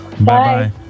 Bye